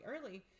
early